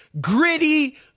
gritty